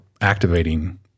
activating